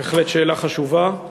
בהחלט, שאלה חשובה,